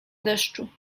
deszczu